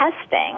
testing